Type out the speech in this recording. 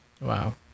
Wow